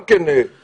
גם כן תקלה.